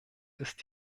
ist